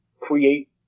create